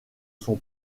son